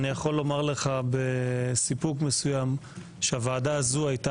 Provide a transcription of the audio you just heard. אני יכול לומר לך בסיפוק מסוים שהוועדה הזאת היתה